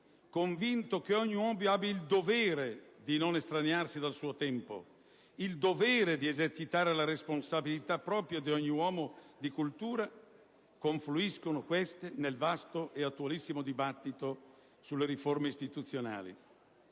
convinto che ogni uomo abbia il dovere di non estraniarsi dal suo tempo e il dovere di esercitare la responsabilità propria di ogni uomo di cultura, confluiscono nel vasto e attualissimo dibattito sulle riforme istituzionali.